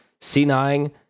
C9